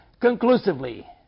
Conclusively